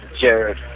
Jared